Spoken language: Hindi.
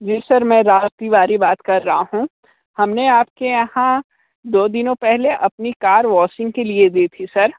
जी सर मैं राज तिवारी बात कर रहा हूँ हम ने आप के यहाँ दो दिनों पहले अपनी कार वॉशिंग के लिए दी थी सर